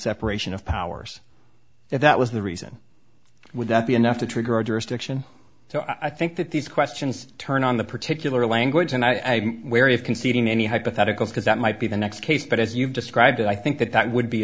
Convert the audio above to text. separation of powers if that was the reason would that be enough to trigger jurisdiction so i think that these questions turn on the particular language and i wary of conceding any hypothetical because that might be the next case but as you've described it i think that that would be